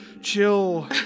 chill